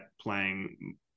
playing